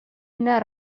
una